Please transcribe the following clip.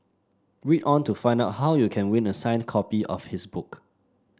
read on to find out how you can win a signed copy of his book